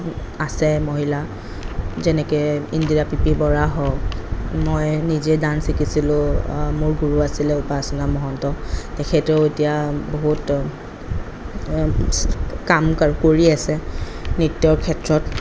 আছে মহিলা যেনেকৈ ইন্দিৰা পি পি বৰা হওক মই নিজেই ডান্স শিকিছিলোঁ মোৰ গুৰু আছিলে উপাসনা মহন্ত তেখেতেও এতিয়া বহুত কাম কাৰ কৰি আছে নৃত্য়ৰ ক্ষেত্ৰত